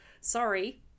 sorry